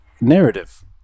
narrative